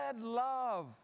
love